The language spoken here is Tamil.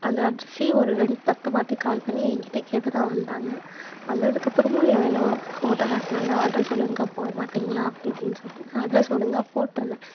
அந்த அட்ரெஸையே ஒரு ரெண்ட் பத்து வாட்டி கால் பண்ணி என் கிட்டே கேட்டுதான் வந்தாங்க வந்ததுக்கப்புறமும் என் மேலே கோவத்தை காட்டினாங்க அட்ரெஸை ஒழுங்கா போட மாட்டிங்களா அப்படி இப்படினு சொல்லிட்டு நான் அட்ரெஸ் ஒழுங்கா போட்டிருந்தேன்